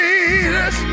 Jesus